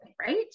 right